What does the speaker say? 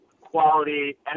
quality